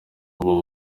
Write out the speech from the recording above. ubu